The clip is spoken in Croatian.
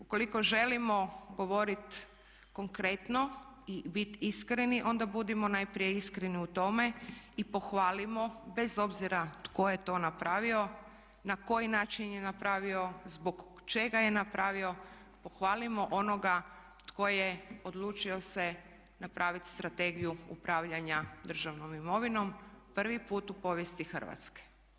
Ukoliko želimo govoriti konkretno i biti iskreni onda budimo najprije iskreni u tome i pohvalimo bez obzira tko je to napravio, na koji način je napravio, zbog čega je napravio, pohvalimo onoga tko je odlučio se napraviti strategiju upravljanja državnom imovinom, prvi put u povijesti Hrvatske.